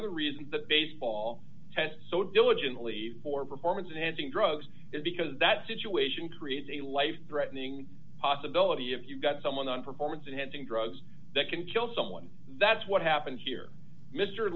of the reasons the baseball has so diligently for performance enhancing drugs is because that situation creates a life threatening possibility if you've got someone on performance enhancing drugs that can kill someone that's what happened here mr